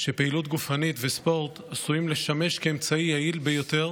שפעילות גופנית וספורט עשויים לשמש כאמצעי יעיל ביותר